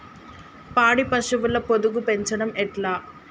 పాడి పశువుల పొదుగు పెంచడం ఎట్లా?